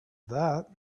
that